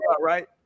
right